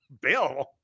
Bill